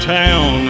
town